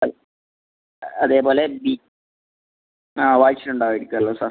അതെ അതേപോലെ ബി ആ വായിച്ചിട്ടുണ്ടാവുമായിരിക്കുമല്ലോ സാർ